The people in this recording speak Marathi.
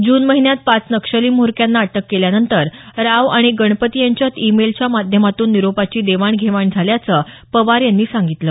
जून महिन्यात पाच नक्षली म्होरक्यांना अटक केल्यानंतर राव आणि गणपती यांच्यात ई मेलच्या माध्यमातून निरोपाची देवाण घेवाण झाल्याचं पवार यांनी सांगितलं